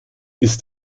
ist